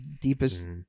deepest